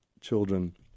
children